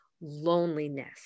loneliness